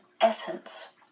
essence